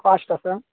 కాస్టా sir